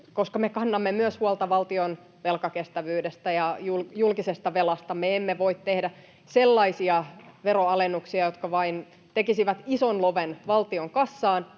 koska me kannamme myös huolta valtion velkakestävyydestä ja julkisesta velasta, me emme voi tehdä sellaisia veroalennuksia, jotka vain tekisivät ison loven valtion kassaan